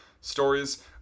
stories